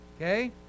Okay